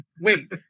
wait